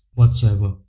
whatsoever